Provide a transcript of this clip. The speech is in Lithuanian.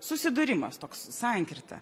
susidūrimas toks sankirta